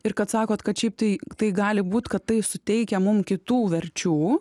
ir kad sakot kad šiaip tai tai gali būt kad tai suteikia mum kitų verčių